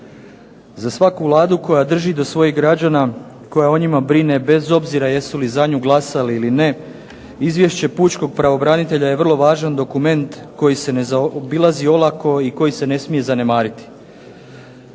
Za svaku Vladu koja drži do svojih građana, koja o njima brine bez obzira jesu li za nju glasali ili ne Izvješće pučkog pravobranitelja je vrlo važan dokument koji se ne zaobilazi olako i koji se ne smije zanemariti.